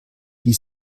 die